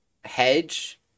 hedge